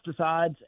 pesticides